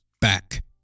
back